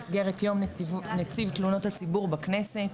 במסגרת יום נציב תלונות הציבור בכנסת.